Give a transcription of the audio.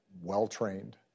well-trained